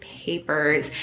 papers